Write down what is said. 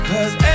Cause